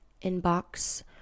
inbox